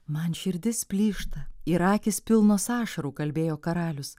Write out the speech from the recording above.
man širdis plyšta ir akys pilnos ašarų kalbėjo karalius